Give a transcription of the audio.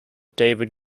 david